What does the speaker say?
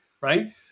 right